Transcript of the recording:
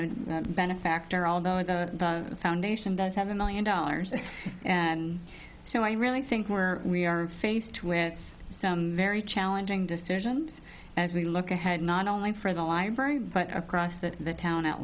know benefactor although the foundation does have a million dollars and so i really think we are we are faced with some very challenging decisions as we look ahead not only for the library but across that the town at